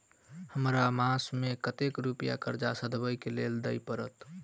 हमरा सब मास मे कतेक रुपया कर्जा सधाबई केँ लेल दइ पड़त?